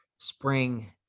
spring